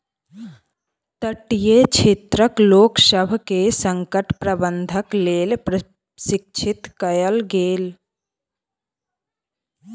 तटीय क्षेत्रक लोकसभ के संकट प्रबंधनक लेल प्रशिक्षित कयल गेल